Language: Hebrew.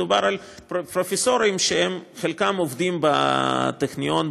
מדובר בפרופסורים שחלקם עובדים בטכניון,